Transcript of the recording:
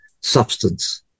substance